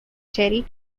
cherry